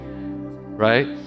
right